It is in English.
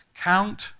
Count